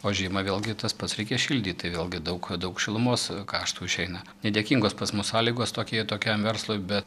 o žiemą vėlgi tas pats reikia šildyt tai vėlgi daug daug šilumos kaštų išeina nedėkingos pas mus sąlygos tokie tokiam verslui bet